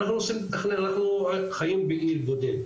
ואנחנו חיים באי בודד,